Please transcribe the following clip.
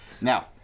Now